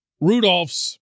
Rudolph's